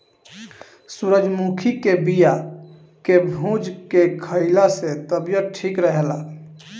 सूरजमुखी के बिया के भूंज के खाइला से तबियत ठीक रहेला